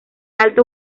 alto